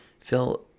phil